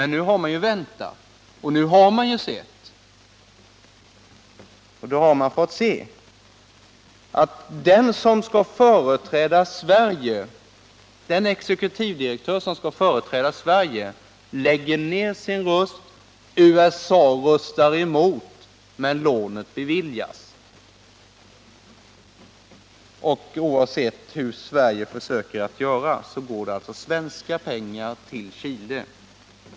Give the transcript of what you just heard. Nu har man väntat och nu har man kunnat konstatera att den exekutivdirektör som skall företräda Sverige lägger ned sin röst. USA röstar emot, men lånet beviljas. Oavsett hur Sverige försöker göra går det svenska pengar till Chile.